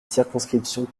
circonscriptions